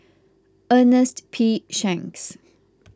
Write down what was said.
Ernest P Shanks